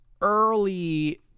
early